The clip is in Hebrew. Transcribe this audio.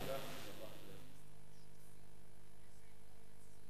אם כך, אני קובע שהצעת חוק הגבלת משקל בתעשיית